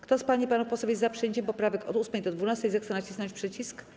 Kto z pań i panów posłów jest za przyjęciem poprawek od 8. do 12., zechce nacisnąć przycisk.